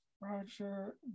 Roger